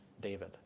David